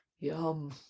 Yum